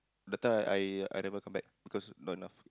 the time I I never come back because not enough